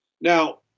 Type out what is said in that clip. Now